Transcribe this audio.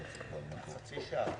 בקואליציה,